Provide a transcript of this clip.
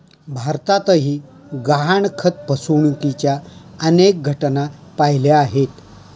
भारतातही गहाणखत फसवणुकीच्या अनेक घटना पाहिल्या आहेत